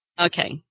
Okay